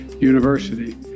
university